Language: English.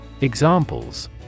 Examples